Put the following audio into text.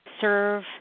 serve